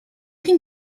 can